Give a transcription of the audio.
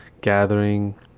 gathering